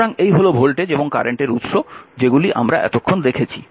সুতরাং এই হল ভোল্টেজ এবং কারেন্টের উৎস যেগুলি আমরা এতক্ষণ দেখেছি